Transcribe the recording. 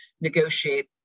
negotiate